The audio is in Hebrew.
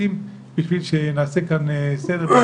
המשפטים בשביל שיעשה כאן סדר.